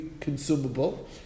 consumable